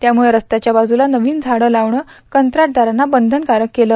त्यामुळं रस्त्याच्या वाजूला नवीन झाडे लावणे कंत्राटदारांना बंधनकारक केले